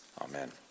Amen